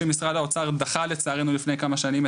שמשרד האוצר דחה לצערנו לפני כמה שנים,